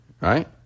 right